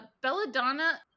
belladonna